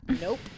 Nope